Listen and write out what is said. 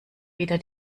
wieder